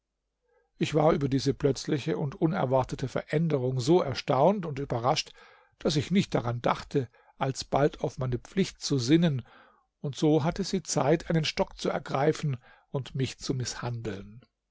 ich war über diese plötzliche und unerwartete veränderung so erstaunt und überrascht daß ich nicht daran dachte alsbald auf meine pflicht zu sinnen und so hatte sie zeit einen stock zu ergreifen und mich zu mißhandeln